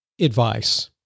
advice